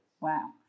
Wow